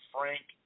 Frank